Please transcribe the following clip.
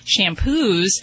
shampoos